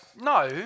No